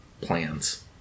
plans